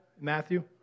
Matthew